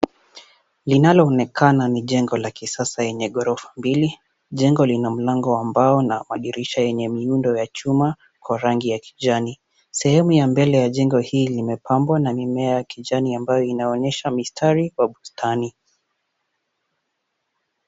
Linaloonekana ni jengo la kisasa lenye ghorofa mbili. Jengo lina mlango wa mbao na dirisha yenye miundo ya chuma kwa rangi ya kijani. Sehemu ya mbele ya jengo hili limepambwa na mimea ya kijani ambayo inaonyesha mistari kwa bustani.